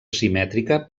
simètrica